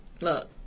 look